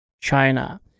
China